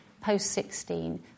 post-16